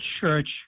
Church